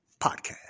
podcast